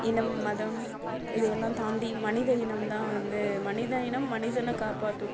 இனம் மதம் இதையெல்லாம் தாண்டி மனித இனம்தான் வந்து மனித இனம் மனிதனை காப்பாற்றும்